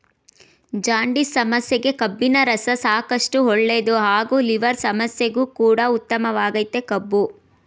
jaundice ಸಮಸ್ಯೆಗೆ ಕಬ್ಬಿನರಸ ಸಾಕಷ್ಟು ಒಳ್ಳೇದು ಹಾಗೂ ಲಿವರ್ ಸಮಸ್ಯೆಗು ಕೂಡ ಉತ್ತಮವಾಗಯ್ತೆ ಕಬ್ಬು